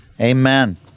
Amen